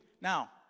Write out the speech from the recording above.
Now